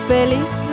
Feliz